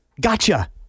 gotcha